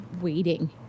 waiting